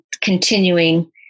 continuing